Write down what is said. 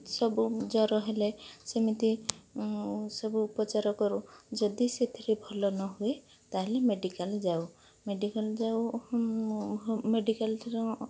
ସବୁ ଜ୍ୱର ହେଲେ ସେମିତି ସବୁ ଉପଚାର କରୁ ଯଦି ସେଥିରେ ଭଲ ନ ହୁଏ ତା'ହେଲେ ମେଡ଼ିକାଲ ଯାଉ ମେଡ଼ିକାଲ ଯାଉ ମେଡ଼ିକାଲ ଥିରେ